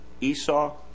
Esau